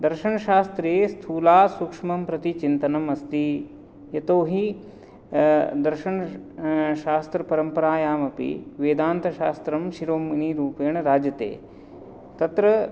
दर्शनशास्त्रे स्थूलात् सूक्ष्मं प्रति चिन्तनम् अस्ति यतोहि दर्शन शास्त्र परम्परायामपि वेदान्तशास्त्रं शिरोमणिरूपेण राजते तत्र